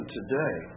today